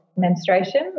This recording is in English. menstruation